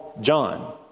John